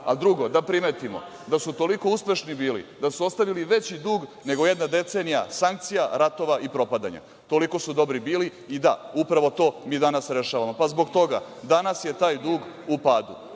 a drugo, da primetimo da su toliko uspešni bili, da su ostavili veći dug nego jedna decenija sankcija, ratova i propadanja. Toliko su dobri bili i da upravo to mi danas rešavamo, pa zbog toga danas je taj dug u padu.